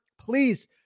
please